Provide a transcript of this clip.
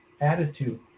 attitude